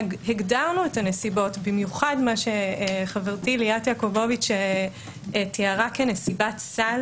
הגדרנו את הנסיבות - במיוחד מה שחברתי ליאת יעקובוביץ תיארה כנסיבת סל